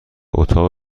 اتاق